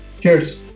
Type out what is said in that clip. Cheers